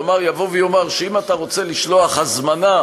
כלומר יאמר שאם אתה רוצה לשלוח הזמנה